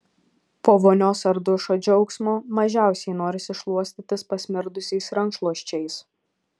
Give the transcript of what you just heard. po vonios ar dušo džiaugsmo mažiausiai norisi šluostytis pasmirdusiais rankšluosčiais